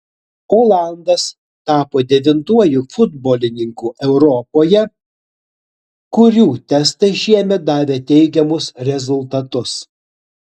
olandas tapo devintuoju futbolininku europoje kurių testai šiemet davė teigiamus rezultatus